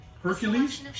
Hercules